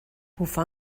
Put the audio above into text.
bufar